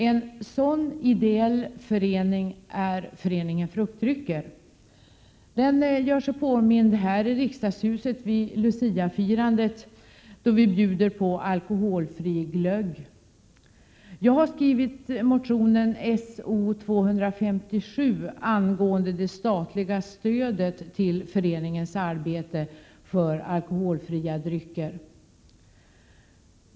En sådan ideell förening är Föreningen Fruktdrycker. Den gör sig påmind här i riksdagshuset vid Luciafirandet, då vi i föreningen bjuder på alkoholfri glögg. Jag har skrivit motionen §0257 angående det statliga stödet till föreningens arbete för alkoholfria drycker.